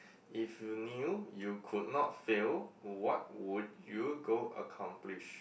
if you knew you could not fail what would you go accomplish